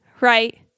right